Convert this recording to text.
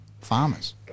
farmers